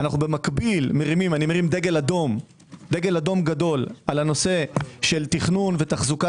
אני במקביל מרים דגל אדום גדול על הנושא של תכנון ותחזוקת